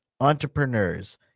entrepreneurs